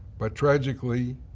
but tragically,